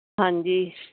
ਹਾਂਜੀ